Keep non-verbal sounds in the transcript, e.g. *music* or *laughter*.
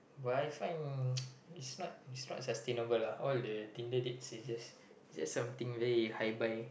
will I find *noise* it's not it's not sustainable lah all the Tinder dates is just just something very hi bye